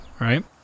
Right